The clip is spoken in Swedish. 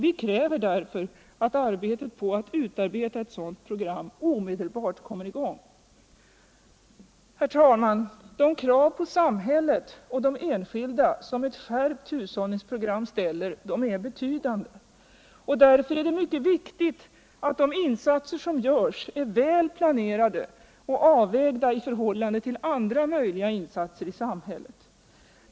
Vi kräver därför att arbetet på att utarbeta ett sådant program omedelbart kommer i gång. Herr talman! De krav på samhället och de enskilda som ev skärpt hushållningsprogram ställer är betydande. Det är därför mycket viktigt att de insatser som görs är väl planerade och av vägda i förhållande till andra möjliga insatser i samhället.